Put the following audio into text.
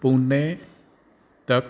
ਪੁਣੇ ਤੱਕ